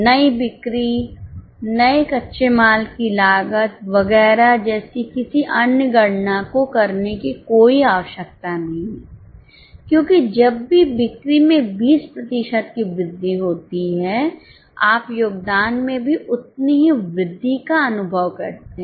नई बिक्री नए कच्चे माल की लागत वगैरह जैसी किसी अन्य गणना को करने की कोई आवश्यकता नहीं है क्योंकि जब भी बिक्री में 20 प्रतिशत की वृद्धि होती है आप योगदान में भी उतनी ही वृद्धि का अनुभव करते हैं